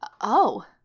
Oh